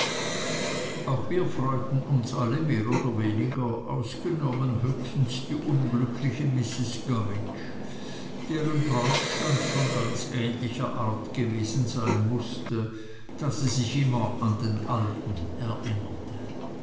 auch wir freuten uns alle mehr oder weniger ausgenommen höchstens die unglückliche mrs gummidge deren brautstand von ganz ähnlicher art gewesen sein mußte da sie sich immer an den alten erinnerte